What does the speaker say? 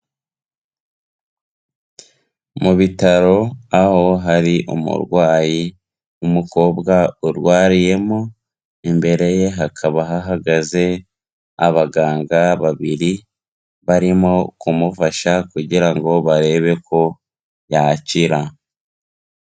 Mu bitaro aho hari umurwayi w'umukobwa urwariyemo, imbere ye hakaba hahagaze abaganga babiri barimo kumufasha kugira ngo barebe ko yakira.